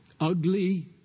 ugly